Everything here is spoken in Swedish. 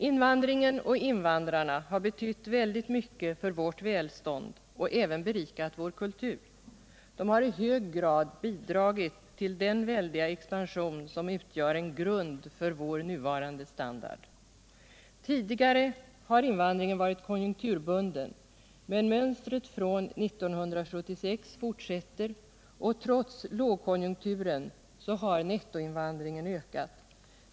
Invandringen och invandrarna har betytt väldigt mycket för vårt välstånd och även berikat vår kultur. Invandrarna har i hög grad bidragit till den väldiga expansion som utgör en grund för vår nuvarande standard. Tidigare har invandringen varit konjunkturbunden men mönstret från 1976 fortsätter, och trots lågkonjunkturen har nettoinvandringen ökat.